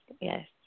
yes